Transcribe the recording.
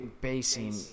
basing